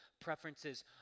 preferences